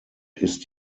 ist